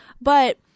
But-